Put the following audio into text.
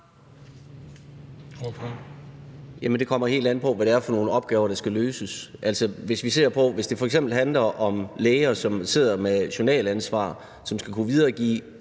det kommer helt an på, hvad det er for nogle opgaver, der skal løses her. Altså, hvis det f.eks. handler om læger, som sidder med journalansvar og skal kunne videregive